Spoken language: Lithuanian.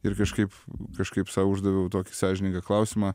ir kažkaip kažkaip sau uždaviau tokį sąžiningą klausimą